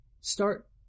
start